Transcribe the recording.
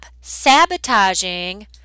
sabotaging